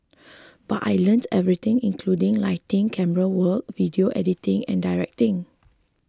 but I learnt everything including lighting camerawork video editing and directing